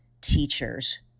teachers